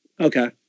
Okay